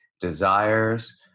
desires